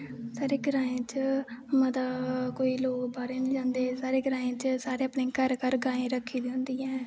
साढ़ा ग्राएं च मता लोग बाह्रे गी नी जांदे साढ़े ग्रांएं च घर घर गायें रक्खी दियां होंदियां नै